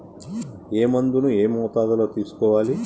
ఏ మందును ఏ మోతాదులో తీసుకోవాలి?